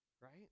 right